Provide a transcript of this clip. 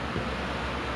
tapi cute seh